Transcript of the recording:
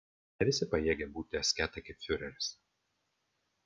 ne visi pajėgia būti asketai kaip fiureris